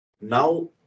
Now